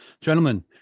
Gentlemen